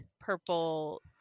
purple